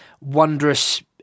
wondrous